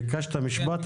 ביקשת משפט,